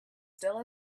still